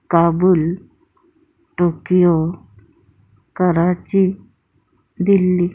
Kabul Tokyo Karachi Delhi